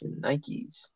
Nikes